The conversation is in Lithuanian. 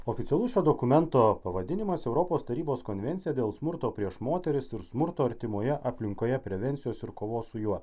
oficialus šio dokumento pavadinimas europos tarybos konvencija dėl smurto prieš moteris ir smurto artimoje aplinkoje prevencijos ir kovos su juo